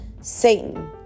Satan